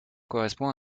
correspond